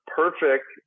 perfect